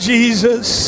Jesus